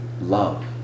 love